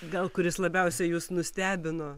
gal kuris labiausiai jus nustebino